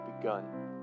begun